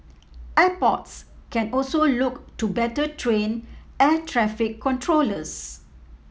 airports can also look to better train air traffic controllers